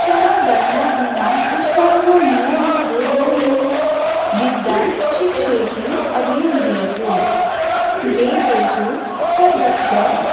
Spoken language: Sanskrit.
स्वरवर्णादीनाम् उच्चारणनियमबोधायिनी विद्या शिक्षेति अभिधीयते वेदेषु सर्वत्र